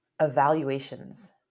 evaluations